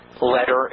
letter